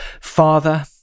father